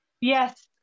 yes